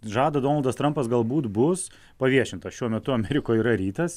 žada donaldas trampas galbūt bus paviešinta šiuo metu amerikoj yra rytas